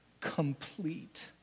complete